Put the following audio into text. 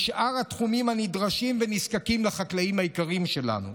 בשאר התחומים הנדרשים לחקלאים היקרים שלנו.